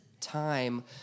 time